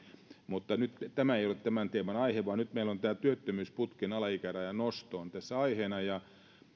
mutta tämä ei ole tämän teeman aihe vaan nyt meillä on tämä työttömyysputken alaikärajan nosto aiheena